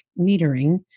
metering